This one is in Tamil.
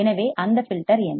எனவே அந்த ஃபில்டர் என்ன